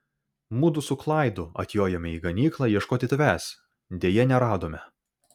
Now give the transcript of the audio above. mudu su klaidu atjojome į ganyklą ieškoti tavęs deja neradome